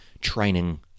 training